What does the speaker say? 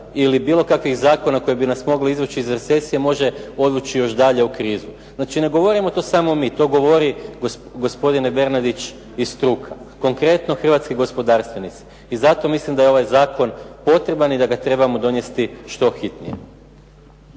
ili bilo kakvih zakona koji bi nas mogli izvući iz recesije može odvući još dalje u krizu. Znači ne govorimo to samo mi, to govori, gospodine Bernardić i struka. Konkretno hrvatski gospodarstvenici. I zato mislim da je ovaj zakon potreban i da ga trebamo donijeti što hitnije.